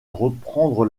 reprendre